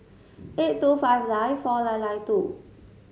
eight two five nine four nine nine two